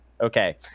okay